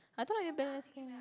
I thought New Balance